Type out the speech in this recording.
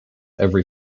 every